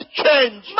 change